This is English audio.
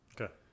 Okay